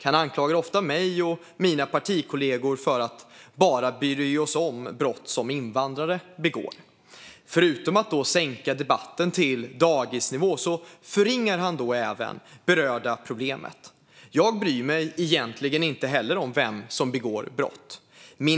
Han anklagar också ofta mig och mina partikollegor för att bara bry oss om brott som invandrare begår. Förutom att han då sänker debatten till dagisnivå förringar han även problemet. Jag bryr mig egentligen inte heller om vem som begår brott.